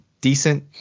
decent